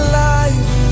life